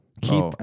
Keep